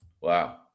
Wow